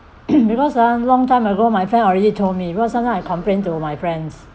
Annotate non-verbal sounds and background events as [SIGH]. [COUGHS] because ah long time ago my friend already told me cause sometime I complain to my friends